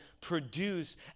produce